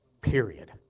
period